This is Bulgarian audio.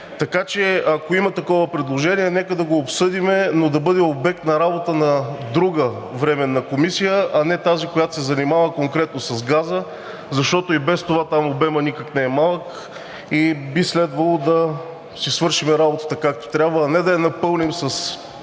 Така че, ако има такова предложение, нека да го обсъдим, но да бъде обект на работа на друга временна комисия, а не тази, която се занимава конкретно с газа, защото и без това там обемът не е никак малък и би следвало да си свършим работата както трябва, а не да я напълним със